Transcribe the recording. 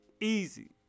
easy